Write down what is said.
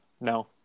No